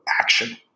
action